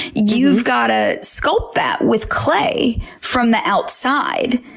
you've got to sculpt that with clay from the outside.